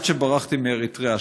עד שברחתי מאריתריאה,